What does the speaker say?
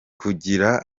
kugira